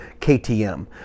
KTM